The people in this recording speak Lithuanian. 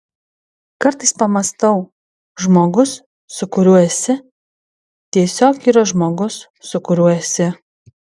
kartais pamąstau žmogus su kuriuo esi tiesiog yra žmogus su kuriuo esi